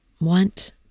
Want